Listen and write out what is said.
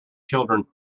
children